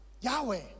Yahweh